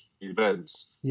events